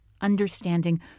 understanding